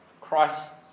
Christ